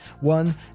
One